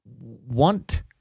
want